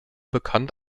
bekannt